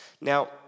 Now